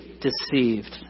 Deceived